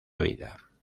vida